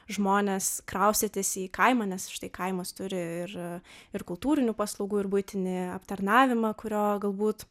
žmones kraustytis į kaimą nes štai kaimas turi ir ir kultūrinių paslaugų ir buitinį aptarnavimą kurio galbūt